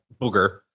Booger